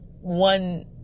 one